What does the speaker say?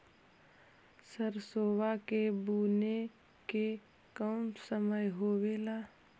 सरसोबा के बुने के कौन समय होबे ला?